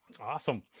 Awesome